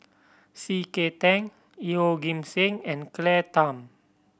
C K Tang Yeoh Ghim Seng and Claire Tham